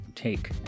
take